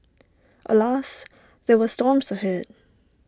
alas there were storms ahead